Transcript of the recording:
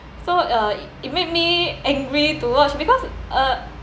so uh it make me angry to watch because uh